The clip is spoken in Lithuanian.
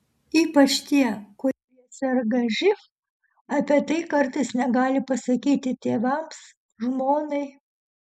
ypač tie kurie serga živ apie tai kartais negali pasakyti tėvams žmonai